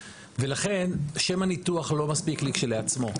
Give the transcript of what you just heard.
ולכן, שם הניתוח לא מספיק כשלעצמו.